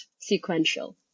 sequential